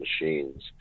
machines